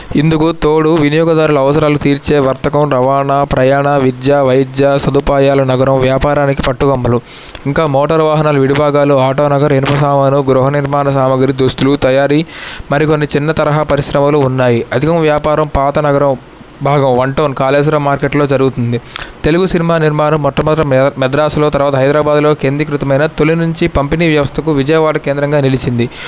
ఇందుకు తోడు వినియోగదారుల అవసరాలు తీర్చే వర్తకం రవాణా ప్రయాణ విద్య వైద్య సదుపాయాలు నగరం వ్యాపారానికి పట్టుకొమ్మలు ఇంకా మోటార్ వాహనాలు విడుభాగాలు ఆటోనగర్ ఇనప సామాన్లు గృహ నిర్మాణ సామాగ్రి దుస్తులు తయారీ మరికొన్ని చిన్న తరహా పరిశ్రమలు ఉన్నాయి అధిక వ్యాపారం పాత నగరం భాగం వన్ టౌన్ కాలేశ్వర మార్కెట్లో జరుగుతుంది తెలుగు సినిమా నిర్మాణం మొట్టమొదట మె మెద్రాస్లో తర్వాత హైదరాబాద్లో కేంద్రీకృతమైన తొలినుంచి పంపిణీ వ్యవస్థకు విజయవాడ కేంద్రంగా నిలిచింది